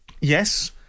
Yes